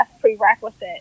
prerequisite